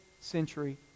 century